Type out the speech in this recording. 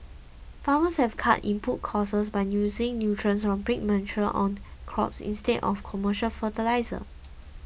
farmers have cut input costs by using nutrients from pig manure on crops instead of commercial fertiliser